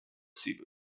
cebu